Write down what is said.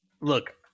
look